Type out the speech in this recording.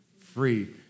free